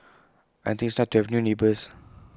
I think that's nice to have new neighbours